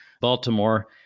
Baltimore